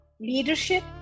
leadership